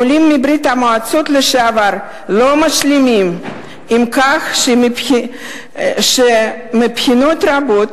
עולים מברית-המועצות לשעבר לא משלימים עם כך שמבחינות רבות